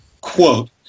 quote